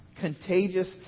contagious